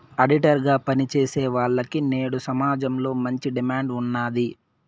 auditor గా పని చేసేవాల్లకి నేడు సమాజంలో మంచి డిమాండ్ ఉన్నాది